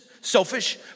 selfish